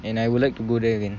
and I would like to go there again